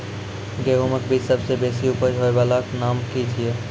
गेहूँमक बीज सबसे बेसी उपज होय वालाक नाम की छियै?